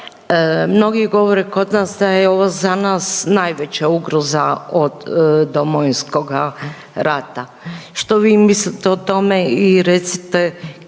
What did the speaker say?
Mnogi govore kod nas da je ovo za nas najveća ugroza od Domovinskoga rata. Što vi mislite o tome i recite